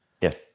Yes